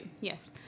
Yes